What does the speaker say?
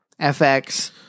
FX